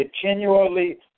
continually